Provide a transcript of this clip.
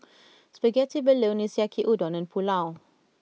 Spaghetti Bolognese Yaki Udon and Pulao